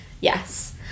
Yes